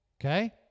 Okay